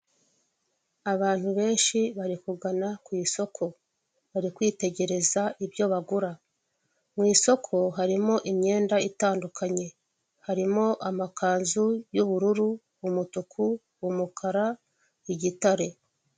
Ikiraro kinini gikomeye gifite umuhanda hejuru n'undi muhanda uca munsi yacyo, hejuru hari kunyuramo ikinyabiziga gitwara abagenzi, munsi y'ikiraro hari umuhanda uri kunyuramo ibinyabiziga bitandukanye harimo imodoka, ipikipiki n'amagare.